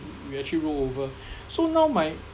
you actually rollover so now my